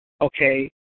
Okay